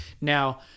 Now